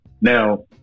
now